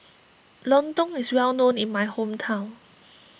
Lontong is well known in my hometown